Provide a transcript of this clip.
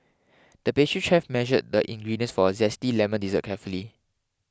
the pastry chef measured the ingredients for a Zesty Lemon Dessert carefully